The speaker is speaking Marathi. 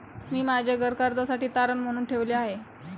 मी माझे घर कर्जासाठी तारण म्हणून ठेवले आहे